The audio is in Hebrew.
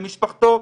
למשפחתו,